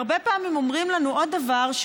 הרבה פעמים אומרים לנו עוד דבר,